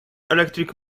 electric